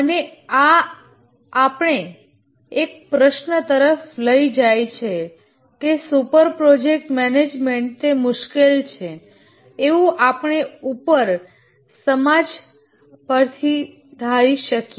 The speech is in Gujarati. અને આ આપણને એક પ્રશ્ન તરફ લઈ જાય છે કે શું પ્રોજેક્ટ મેનેજમેન્ટ તે મુશ્કેલ છે એવું આપણે ઉપર ચર્ચા પરથી ધારી શકીએ